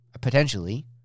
potentially